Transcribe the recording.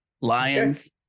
Lions